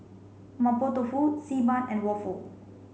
Mapo Tofu xi ban and waffle